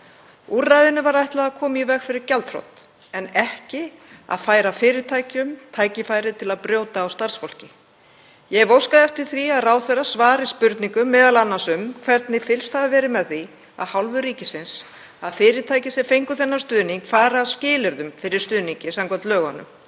Úrræðinu var ætlað að koma í veg fyrir gjaldþrot en ekki að færa fyrirtækjum tækifæri til að brjóta á starfsfólki. Ég hef óskað eftir því að ráðherra svari spurningum, m.a. um hvernig fylgst hafi verið með því af hálfu ríkisins að fyrirtæki sem fengu þennan stuðning fari skilyrðum fyrir stuðningi samkvæmt lögunum